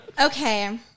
Okay